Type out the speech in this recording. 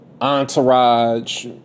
entourage